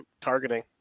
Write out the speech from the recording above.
targeting